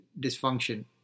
dysfunction